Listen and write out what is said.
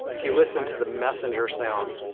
if you listen to the messenger sounds,